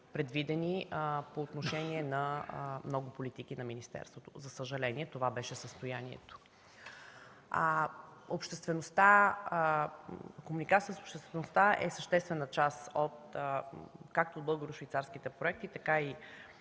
предвидени по отношение на много политики на министерството. За съжаление, това беше състоянието. Комуникацията с обществеността е съществена част както от българо-швейцарските проекти, така и